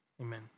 Amen